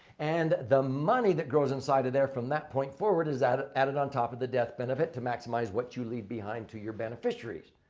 and the money that grows inside of there from that point forward is that added on top of the death benefit to maximize what you leave behind to your beneficiaries.